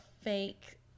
fake